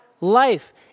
life